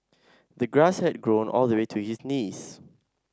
the grass had grown all the way to his knees